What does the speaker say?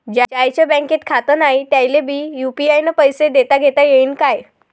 ज्याईचं बँकेत खातं नाय त्याईले बी यू.पी.आय न पैसे देताघेता येईन काय?